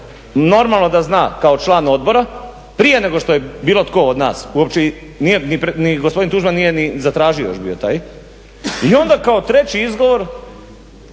normalno da zna kao član odbora prije nego što je bilo tko od nas uopće nije ni gospodin Tuđman ni zatražio još bio taj i onda kao treći izgovor